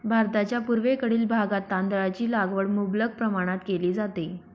भारताच्या पूर्वेकडील भागात तांदळाची लागवड मुबलक प्रमाणात केली जाते